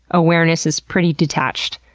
awareness is pretty detached.